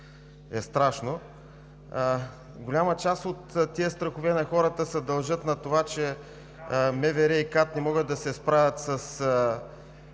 е страшно.“ Голяма част от тези страхове на хората се дължат на това, че МВР и КАТ не могат да се справят с